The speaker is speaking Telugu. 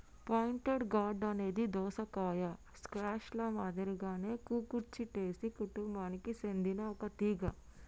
పాయింటెడ్ గార్డ్ అనేది దోసకాయ, స్క్వాష్ ల మాదిరిగానే కుకుర్చిటేసి కుటుంబానికి సెందిన ఒక తీగ